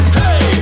hey